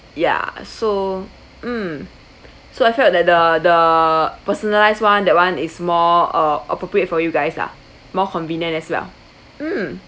yeah so mm so I felt that the the personalised one that one is more uh appropriate for you guys [la] more convenient as well mm